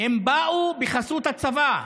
הם באו בחסות הצבא.